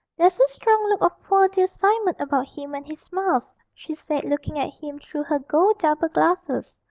there's a strong look of poor dear simon about him when he smiles she said, looking at him through her gold double-glasses.